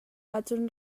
ahcun